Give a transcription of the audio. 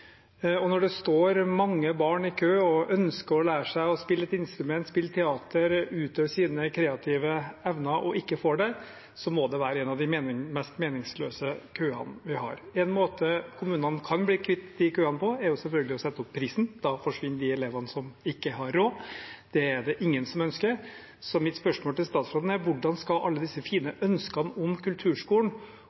Når det står mange barn i kø som ønsker å lære seg å spille et instrument, spille teater, utfolde sine kreative evner og ikke får gjøre det, må det være en av de mest meningsløse køene vi har. En måte kommunene kan bli kvitt de køene på, er selvfølgelig å sette opp prisen. Da forsvinner de elevene som ikke har råd. Det er det ingen som ønsker. Mitt spørsmål til statsråden er: Hvordan skal alle disse fine ønskene om kulturskolen